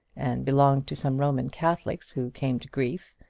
and belonged to some roman catholics who came to grief,